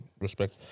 Respect